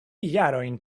jarojn